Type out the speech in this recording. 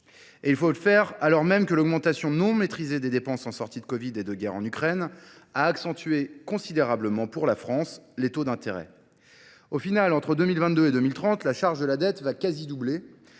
Et il faut le faire alors même que l'augmentation non maîtrisée des dépenses en sortie de Covid et de guerre en Ukraine a accentué considérablement pour la France les taux d'intérêt. Au final, entre 2022 et 2030, la charge de la dette va quasi doubler,